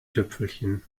tüpfelchen